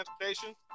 transportation